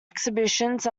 exhibitions